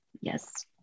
Yes